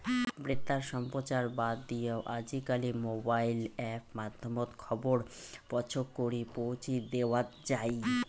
বেতার সম্প্রচার বাদ দিয়াও আজিকালি মোবাইল অ্যাপ মাধ্যমত খবর পছকরি পৌঁছি দ্যাওয়াৎ যাই